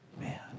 Man